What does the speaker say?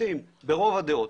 השופטים ברוב הדעות